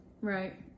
Right